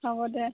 হ'ব দে